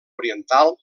oriental